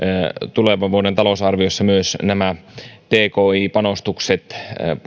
tulevan vuoden talousarviossa myös nämä tki panostukset